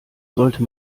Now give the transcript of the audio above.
sollte